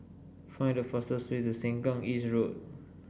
find the fastest way to Sengkang East Road